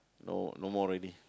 no no more already